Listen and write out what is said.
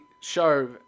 show